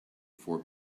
four